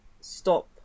stop